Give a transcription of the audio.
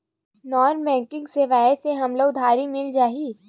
Non banking सेवाएं से हमला उधारी मिल जाहि?